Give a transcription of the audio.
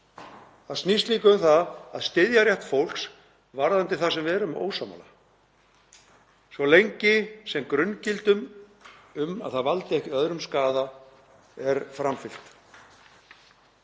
það snýst líka um að styðja rétt fólks varðandi það sem við erum ósammála um svo lengi sem grunngildum um að það valdi ekki öðrum skaða er framfylgt.